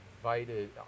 invited